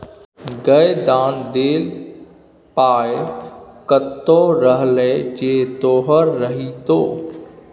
गै दान देल पाय कतहु रहलै जे तोहर रहितौ